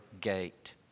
gate